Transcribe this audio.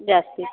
जास्ती